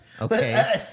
Okay